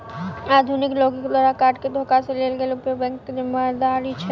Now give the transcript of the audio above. अनाधिकृत लोकक द्वारा कार्ड केँ धोखा सँ कैल गेल उपयोग मे बैंकक की जिम्मेवारी छैक?